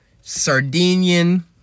Sardinian